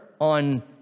on